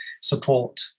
support